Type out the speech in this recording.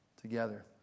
together